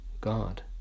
God